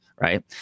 Right